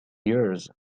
years